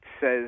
says